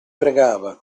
pregava